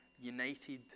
united